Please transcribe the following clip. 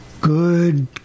Good